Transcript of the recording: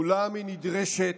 ומולם היא נדרשת